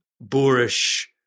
boorish